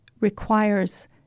requires